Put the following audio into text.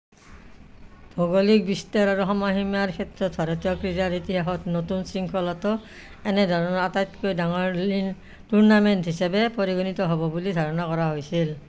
ভৌগোলিক বিস্তাৰ আৰু সময়সীমাৰ ক্ষেত্ৰত ভাৰতীয় ক্ৰীড়াৰ ইতিহাসত নতুন শৃংখলাটো এনে ধৰণৰ আটাইতকৈ ডাঙৰ লীগ টুৰ্ণামেণ্ট হিচাপে পৰিগণিত হ'ব বুলি ধাৰণা কৰা হৈছিল